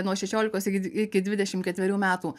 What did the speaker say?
nuo šešiolikos iki iki dvidešim ketverių metų